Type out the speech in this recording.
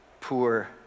poor